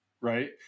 right